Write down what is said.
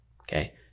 okay